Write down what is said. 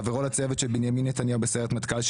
חברו לצוות של בנימין נתניהו בסיירת מטכ"ל,